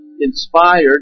inspired